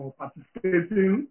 participating